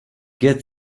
get